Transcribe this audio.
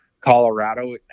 colorado